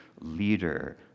leader